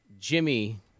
Jimmy